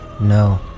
No